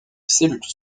cellules